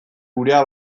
gurea